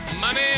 Money